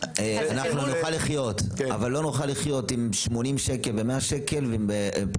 אז אנחנו כבר הרבה מעל 60 מיליון שקל.